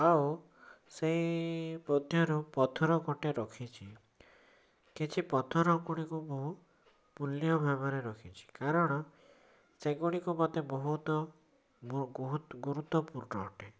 ଆଉ ସେଇ ମଧ୍ୟରୁ ପଥର ଗୋଟେ ରଖିଛି କିଛି ପଥର ଗୁଡ଼ିକୁ ମୁଁ ମୂଲ୍ୟ ଭାବରେ ରଖିଛି କାରଣ ସେଗୁଡ଼ିକୁ ମୋତେ ବହୁତ ମୋର ବହୁତ ଗୁରୁତ୍ୱପୂର୍ଣ୍ଣ ଅଟେ